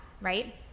right